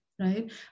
right